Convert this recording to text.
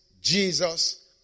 Jesus